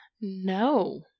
No